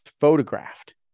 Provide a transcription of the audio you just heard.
photographed